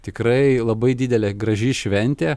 tikrai labai didelė graži šventė